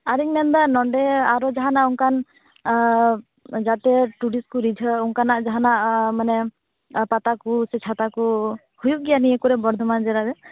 ᱟᱨᱤᱧ ᱢᱮᱱ ᱮᱫᱟ ᱱᱚᱸᱰᱮ ᱟᱨᱦᱚᱸ ᱡᱟᱦᱟᱱᱟᱜ ᱚᱱᱠᱟᱱ ᱟᱸᱻ ᱜᱟᱛᱮ ᱴᱩᱨᱤᱥᱴ ᱠᱚ ᱨᱤᱡᱷᱟ ᱜ ᱚᱱᱠᱟᱱᱟᱜ ᱡᱟᱦᱟᱸᱱᱟᱜ ᱢᱟᱱᱮ ᱯᱟᱛᱟ ᱠᱚ ᱥᱮ ᱪᱷᱟᱛᱟ ᱠᱚ ᱦᱩᱭᱩᱜ ᱜᱮᱭᱟ ᱱᱤᱭᱟ ᱠᱚᱨᱮ ᱵᱚᱨᱫᱷᱚᱢᱟᱱ ᱡᱮᱞᱟ ᱨᱮ